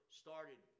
started